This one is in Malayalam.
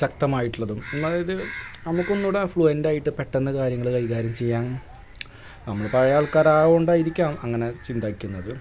ശക്തമായിട്ടുള്ളതും അതായത് നമുക്കൊന്നു കൂടി ഫ്ലുവൻറ്റായിട്ട് പെട്ടെന്നു കാര്യങ്ങൾ കൈകാര്യം ചെയ്യാം നമ്മൾ പഴേ ആൾക്കാരാവോണ്ടായിരിക്കാം അങ്ങനെ ചിന്തിക്കുന്നത്